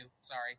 Sorry